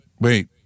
wait